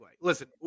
Listen